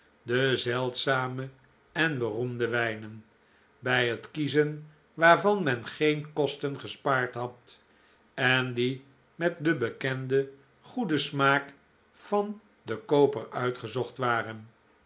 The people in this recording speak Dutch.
de zeldzame en beroemde wijnen bij het kiezen waarvan men geen kosten gespaard had en die met den bekenden goeden smaak van den kooper uitgezocht waren